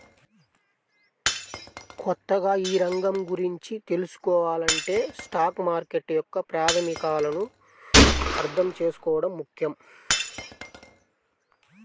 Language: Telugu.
కొత్తగా ఈ రంగం గురించి తెల్సుకోవాలంటే స్టాక్ మార్కెట్ యొక్క ప్రాథమికాలను అర్థం చేసుకోవడం ముఖ్యం